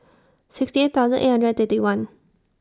sixty eight thousand eight hundred and thirty one